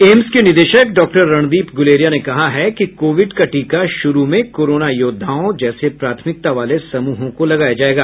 AIIMS के निदेशक doctor Randeep Guleria ने कहा है कि कोविड का टीका शुरू में कोरोना योद्धाओं जैसे प्राथमिकता वाले समूहों को लगाया जाएगा